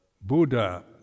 Buddha